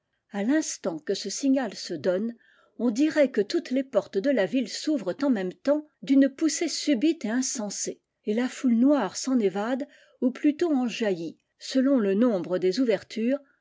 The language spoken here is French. a l'instant que ce signal se donne on dirait que toutes les portes de la ville s'ouvrent en même temps d'une poussée subite et insensée et la foule noire s'en évade ou plutôt en jaillit selon le nombre des ouvertures